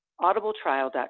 audibletrial.com